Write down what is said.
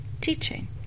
teaching